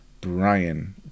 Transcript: Brian